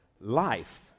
life